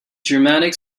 germanic